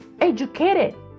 educated